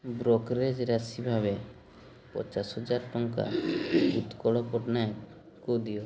brokerage ରାଶି ଭାବେ ପଚାଶ ହଜାର ଟଙ୍କା ଉତ୍କଳ ପଟ୍ଟନାୟକଙ୍କୁ ଦିଅ